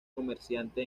comerciante